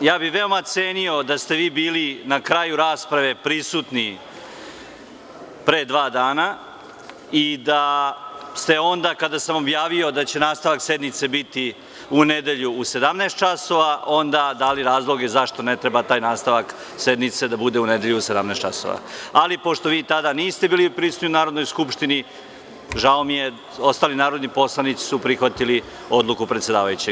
Veoma bih cenio da ste vi bili na kraju rasprave prisutni pre dva dana i da ste onda, kada sam objavio da će nastavak sednice biti u nedelju u 17,00 časova, onda dali razloge zašto ne treba taj nastavak sednice da bude u nedelju u 17,00 časova, ali pošto vi tada niste bili prisutni u Narodnoj skupštini, žao mi je, ostali narodni poslanici su prihvatili odluku predsedavajućeg.